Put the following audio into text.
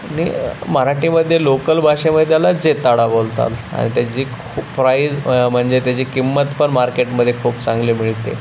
आणि मराठीमध्ये लोकल भाषेमध्ये त्याला जैताडा बोलतात आणि त्याची खूप प्राईज म म्हणजे त्याची किंमत पण मार्केटमध्ये खूप चांगली मिळते